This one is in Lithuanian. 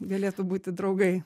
galėtų būti draugai